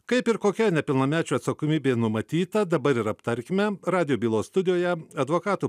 kaip ir kokia nepilnamečių atsakomybė numatyta dabar ir aptarkime radijo bylos studijoje advokatų